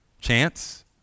Chance